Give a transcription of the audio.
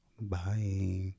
Bye